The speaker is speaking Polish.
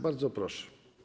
Bardzo proszę.